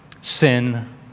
Sin